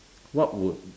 what would